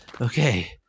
Okay